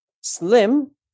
slim